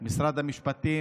משרד המשפטים,